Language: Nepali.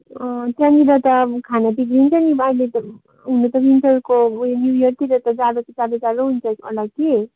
त्यहाँनिर त अब खाना बिग्रिन्छ नि अहिले त हुनु त विन्टरको उयो न्यू इयरतिर जाडो त जाडो जाडो हुन्छ होला कि